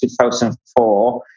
2004